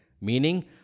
meaning